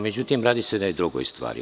Međutim, radi se o jednoj drugoj stvari.